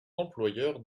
employeurs